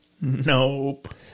Nope